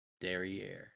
Derriere